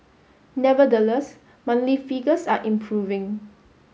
nevertheless monthly figures are improving